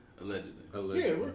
Allegedly